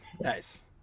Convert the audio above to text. nice